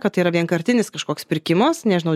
kad tai yra vienkartinis kažkoks pirkimus nežinau